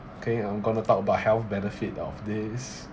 okay I'm going to talk about health benefit of this